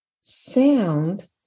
sound